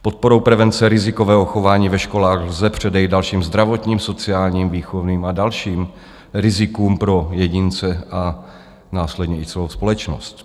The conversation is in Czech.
Podporou prevence rizikového chování ve školách lze předejít zdravotním, sociálním, výchovným a dalším rizikům pro jedince a následně i celou společnost.